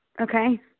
Okay